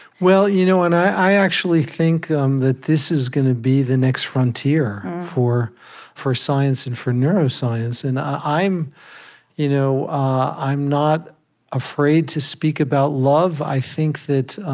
you know and i actually think um that this is going to be the next frontier for for science and for neuroscience. and i'm you know i'm not afraid to speak about love. i think that